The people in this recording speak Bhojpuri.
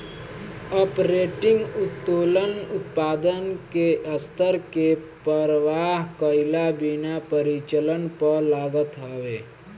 आपरेटिंग उत्तोलन उत्पादन के स्तर के परवाह कईला बिना परिचालन पअ लागत हवे